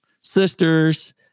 sisters